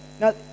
now